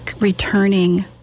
returning